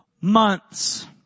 months